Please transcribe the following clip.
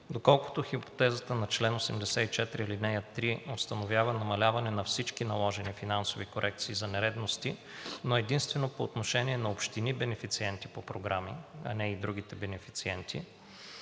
Доколкото хипотезата на чл. 84, ал. 3 установява намаляване на всички наложени финансови корекции за нередности, но единствено по отношение на общини – бенефициенти по програми, а не и другите бенефициенти,